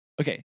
Okay